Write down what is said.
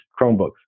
Chromebooks